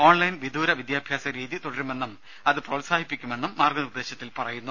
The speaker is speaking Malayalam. ഓൺലൈൻ വിദൂര വിദ്യാഭ്യാസ രീതി തുടരുമെന്നും അത് പ്രോത്സാഹിപ്പിക്കുമെന്നും മാർഗ്ഗനിർദേശത്തിൽ പറയുന്നു